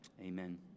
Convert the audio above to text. amen